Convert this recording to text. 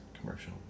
commercial